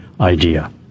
idea